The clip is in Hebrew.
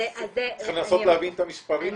אז צריכים לנסות להבין את המספרים האלה.